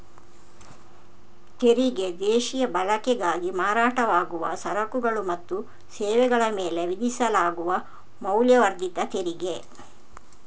ತೆರಿಗೆ ದೇಶೀಯ ಬಳಕೆಗಾಗಿ ಮಾರಾಟವಾಗುವ ಸರಕುಗಳು ಮತ್ತು ಸೇವೆಗಳ ಮೇಲೆ ವಿಧಿಸಲಾಗುವ ಮೌಲ್ಯವರ್ಧಿತ ತೆರಿಗೆ